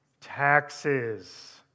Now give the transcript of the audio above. taxes